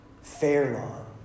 Fairlawn